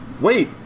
Wait